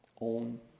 own